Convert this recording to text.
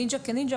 הנינג'ה כנינג'ה,